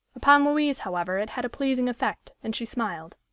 upon louise, however, it had a pleasing effect, and she smiled.